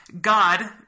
God